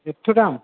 eighth' दाम